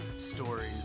stories